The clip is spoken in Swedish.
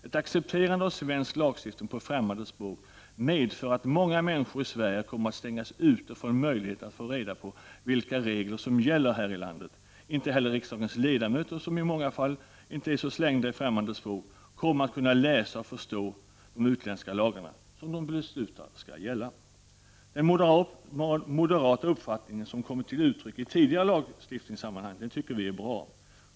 Ett accepterande av svensk lagstiftning på främmande språk medför att många människor i Sverige kommer att stängas ute från möjligheten att få reda på vilka regler som gäller här i landet. Inte heller riksdagens ledamöter, som i många fall inte är så bra på främmande språk, kommer att kunna läsa och förstå de utländska lagar som de beslutar skall gälla. Den moderata uppfattningen som kommit till uttryck i tidigare lagstiftningssammanhang tycker vi är bra.